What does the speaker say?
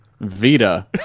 Vita